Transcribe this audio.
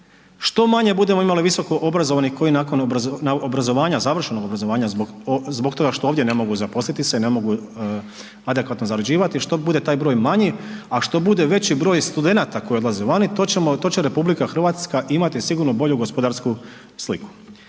Što manje budemo imali visokoobrazovanih koji nakon završenog obrazovanja zbog toga što ovdje ne mogu zaposliti se, ne mogu adekvatno zarađivati, što bude taj broj manji, a što bude veći broj studenata koji odlaze vani to će RH imati sigurno bolju gospodarsku sliku.